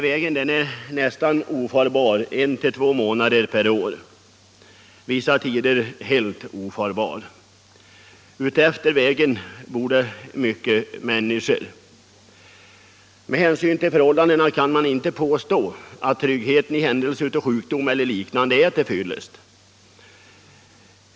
Vägen är nästan ofarbar en till två månader per år och vissa tider helt ofarbar. Utefter vägen bor det mycket människor. Med hänsyn till förhållandena kan man inte påstå att tryggheten i händelse av sjukdom eller liknande är till fyllest.